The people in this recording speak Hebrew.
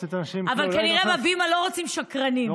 כנראה בהבימה לא רוצים שקרנים.